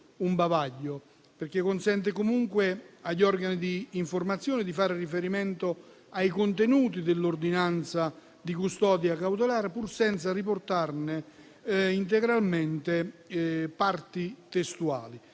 perché consente comunque agli organi di informazione di fare riferimento ai contenuti dell'ordinanza di custodia cautelare, pur senza riportarne integralmente parti testuali.